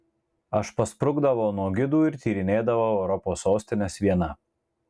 aš pasprukdavau nuo gidų ir tyrinėdavau europos sostines viena